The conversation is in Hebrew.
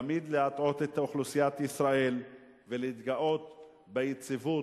תמיד להטעות את אוכלוסיית ישראל ולהתגאות ביציבות.